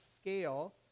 scale